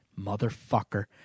Motherfucker